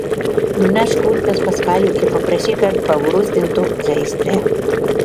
nunešk kurpes pas kalvį ir paprašyk kad pagruzdintų žaizdre